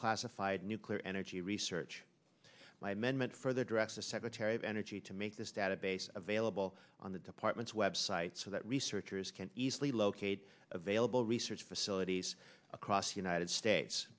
unclassified nuclear energy research my management for their dress the secretary of energy to make this database available on the department's web site so that researchers can easily located available research facilities across the united states